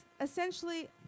essentially